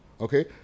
okay